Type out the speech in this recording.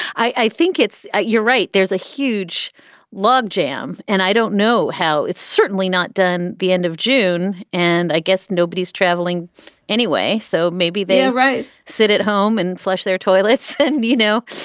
i think it's you're right. there's a huge logjam and i don't know how. it's certainly not done. the end of june, and i guess nobody's traveling anyway, so maybe they're right. sit at home and flush their toilets and, you know,